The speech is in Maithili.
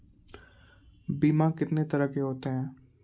बीमा कितने तरह के होते हैं?